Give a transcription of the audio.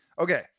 Okay